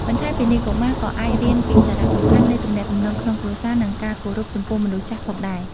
បន្ថែមពីនេះ កុមារក៏អាចរៀនពីសារៈសំខាន់នៃទំនាក់ទំនងក្នុងគ្រួសារ និងការគោរពចំពោះមនុស្សចាស់ផងដែរ។